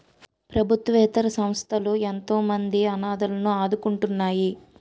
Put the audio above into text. ప్రభుత్వేతర సంస్థలు ఎంతోమంది అనాధలను ఆదుకుంటున్నాయి